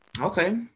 Okay